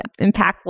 impactful